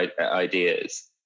ideas